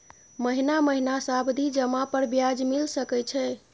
महीना महीना सावधि जमा पर ब्याज मिल सके छै?